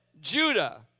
Judah